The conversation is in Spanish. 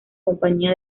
compañía